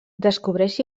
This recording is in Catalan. descobreix